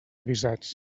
avisats